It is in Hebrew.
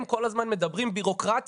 הם כל הזמן מדברים בירוקרטיה,